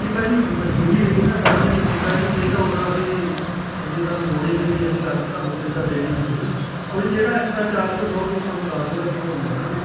ਨਹੀਂ ਭਾਅ ਜੀ ਮਜ਼ਬੂਰੀ ਸੀਗੀ ਨਾ ਤਾਂ ਹੀ ਅਸੀਂ ਕੀਤਾ ਜੀ ਨਹੀਂ ਤਾਂ ਉੱਦਾਂ ਅਸੀਂ ਇੰਨੀ ਸਾਨੂੰ ਲੋੜ ਹੀ ਨਹੀਂ ਸੀਗੀ ਅਸੀਂ ਕਰ ਤੁਹਾਨੂੰ ਦਿੱਕਤ ਦੇਣੀ ਨਹੀਂ ਸੀਗੀ ਹੁਣ ਜਿਹੜਾ ਐਕਸਟਰਾ ਚਾਰਜ ਹੋਊਗਾ ਉਹ ਤੁਸੀਂ ਸਾਨੂੰ ਦੱਸ ਦਿਓ ਅਸੀਂ ਉਹ ਲੈ ਲਵਾਂਗੇ